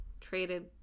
traded